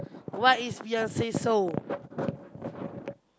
why is Beyonce so